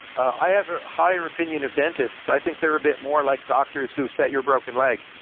i have a higher opinion of dentists. i think they're a bit more like dr. seuss set your broken leg.